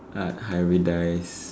uh hybridised